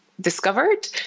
discovered